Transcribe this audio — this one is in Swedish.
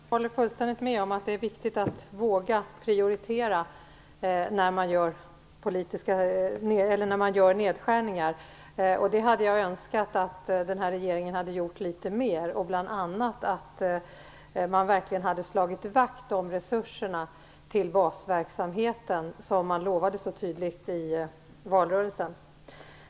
Herr talman! Jag håller fullständigt med om att det är viktigt att våga prioritera när man gör nedskärningar. Det hade jag önskat att regeringen hade gjort litet mer, bl.a. att man verkligen hade slagit vakt om resurserna till basverksamheten som man lovade så tydligt i valrörelsen.